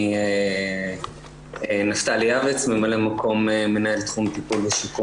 אני ממלא מקום מנהל תחום טיפול ושיקום